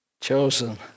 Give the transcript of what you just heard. chosen